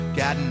got